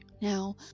Now